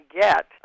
get